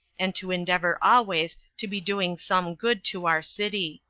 and to endeavor always to be doing some good to our city.